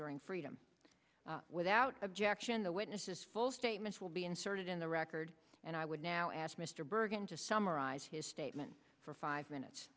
uring freedom without objection the witness statements will be inserted in the record and i would now ask mr bergen to summarize his statement for five minutes